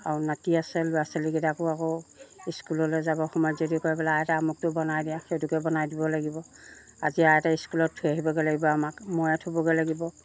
আৰু নাতি আছে ল'ৰা ছোৱালীকেইটাকো আকৌ স্কুললৈ যাব সময়ত যদি কয় বোলে আইতা আমুকটো বনাই দিয়া সেইটোকে বনাই দিব লাগিব আজি আইতা স্কুলত থৈ আহিবগৈ লাগিব আমাক ময়ে থ'বগৈ লাগিব